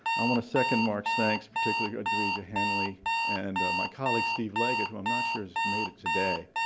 i want to second mark's thanks, particularly audria henley and my colleague, steve legitt who i'm not sure has made it today.